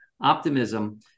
optimism